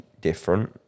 different